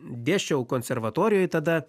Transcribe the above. dėsčiau konservatorijoj tada